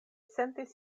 sentis